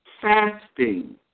fasting